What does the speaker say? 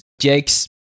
Jake's